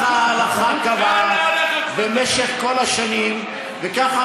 הכותל הוא המקום המאחד את עם ישראל, "מקומות".